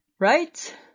Right